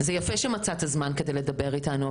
זה יפה שמצאת זמן כדי לדבר איתנו,